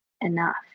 enough